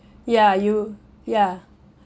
ya you ya